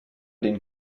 den